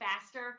faster